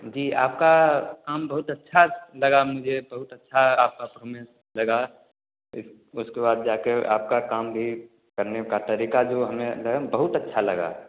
जी आपका काम बहुत अच्छा लगा मुझे बहुत अच्छा आपका पफोमेंस लगा उसके बाद जा कर आपका काम भी करने का तरीक़ा भी हमें जौन बहुत अच्छा लगा